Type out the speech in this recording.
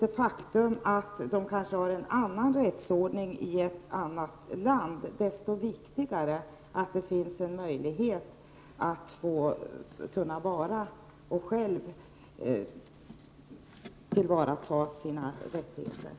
Det faktum att man har en annan rättsordning utomlands gör att det är desto viktigare att det ges möjligheter för dessa kvinnor att kunna tillvarata sina rättigheter.